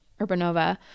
Urbanova